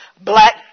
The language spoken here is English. black